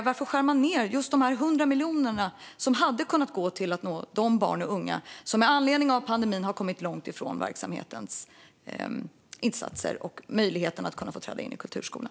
Varför skär man ned med 100 miljoner som hade kunnat gå till att nå de barn och unga som med anledning av pandemin har kommit långt från verksamhetens insatser och inte fått möjlighet att träda in i kulturskolan?